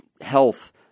health